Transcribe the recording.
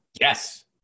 Yes